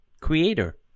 creator